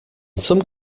some